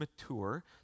mature